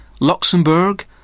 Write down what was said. Luxembourg